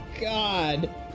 god